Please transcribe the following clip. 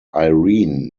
irene